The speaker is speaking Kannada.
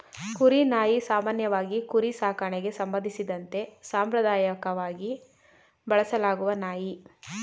ಕುರಿ ನಾಯಿ ಸಾಮಾನ್ಯವಾಗಿ ಕುರಿ ಸಾಕಣೆಗೆ ಸಂಬಂಧಿಸಿದಂತೆ ಸಾಂಪ್ರದಾಯಕವಾಗಿ ಬಳಸಲಾಗುವ ನಾಯಿ